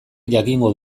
jakingo